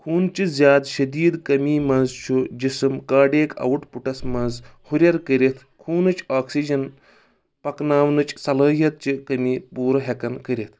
خونچہِ زیادٕ شدید کٔمی منٛز چھُ جسم کارڈیک اوُٹ پُٹس منٛز ہُرٮ۪ر کٔرِتھ خونٕچ آکسیجن پکناونٕچ صلاحیت چہِ کٔمی پورٕ ہیٚکن کٔرِتھ